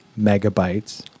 megabytes